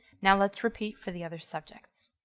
now let's repeat for the other subjects.